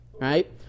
right